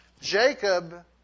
Jacob